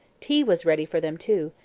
tea was ready for them too,